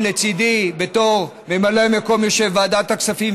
לצידי בתור ממלא מקום יושב-ראש ועדת הכספים,